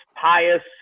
pious